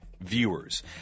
viewers